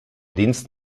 dienst